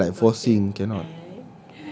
that's like forcing cannot